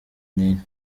ntinya